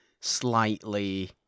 slightly